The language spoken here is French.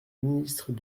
ministres